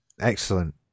Excellent